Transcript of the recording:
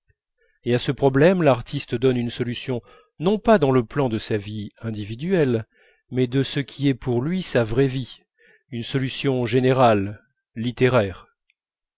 et à ce problème l'artiste donne une solution non pas dans le plan de sa vie individuelle mais de ce qui est pour lui sa vraie vie une solution générale littéraire